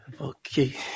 Okay